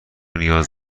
نیاز